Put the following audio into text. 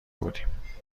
بودیم